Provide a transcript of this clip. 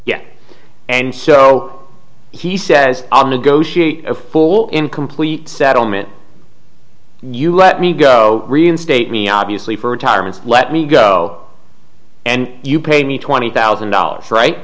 yet and so he says i'm negotiate a full incomplete settlement you let me go reinstate me obviously for retirement let me go and you pay me twenty thousand dollars right